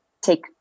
take